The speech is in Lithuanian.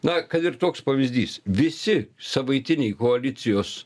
na kad ir toks pavyzdys visi savaitiniai koalicijos